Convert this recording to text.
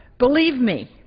believe me,